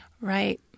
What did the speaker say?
Right